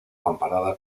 comparada